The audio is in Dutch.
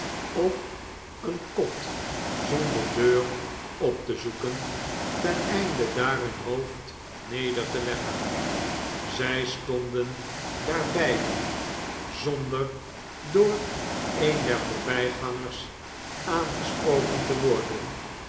of een kot zonder deur op te zoeken ten einde daar hun hoofd neder te leggen zij stonden daar beiden zonder door een der voorbijgangers aangesproken te worden